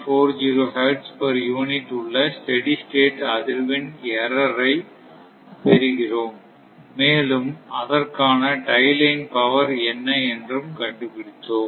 40 hertz per unit உள்ள steady state அதிர்வெண் ஏர்ரர்ரை பெறுகிறோம் மேலும் அதற்கான டை லைன் பவர் என்ன என்றும் கண்டு பிடித்தோம்